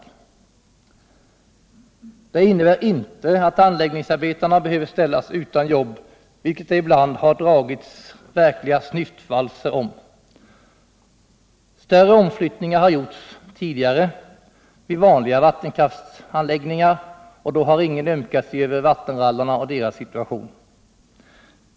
En avveckling enligt vårt förslag innebär inte att anläggningsarbetarna behöver ställas utan jobb — om det har man ibland dragit verkliga snyftvalser. Större omflyttningar har gjorts tidigare i samband med vanliga vattenkraftsanläggningar, och då har ingen ömkat sig över vattenrallarna och deras situation.